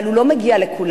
אבל הוא לא מגיע לכולם,